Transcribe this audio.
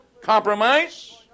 compromise